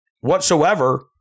whatsoever